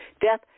Death